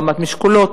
הרמת משקולות,